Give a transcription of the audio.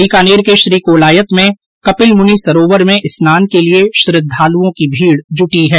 बीकानेर के श्रीकोलायत में कपिल मुनि सरोवर मे स्नान के लिये श्रद्धालुओं की भीड़ जुटी है